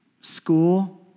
school